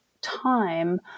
time